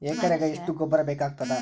ಎಕರೆಗ ಎಷ್ಟು ಗೊಬ್ಬರ ಬೇಕಾಗತಾದ?